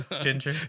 Ginger